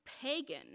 pagan